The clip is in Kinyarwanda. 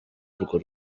urwo